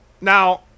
Now